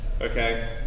Okay